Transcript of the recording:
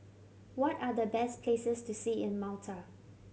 what are the best places to see in Malta